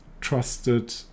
trusted